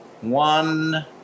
one